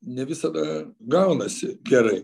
ne visada gaunasi gerai